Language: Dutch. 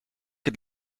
het